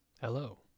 hello